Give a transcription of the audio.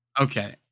Okay